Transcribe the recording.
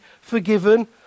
forgiven